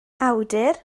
awdur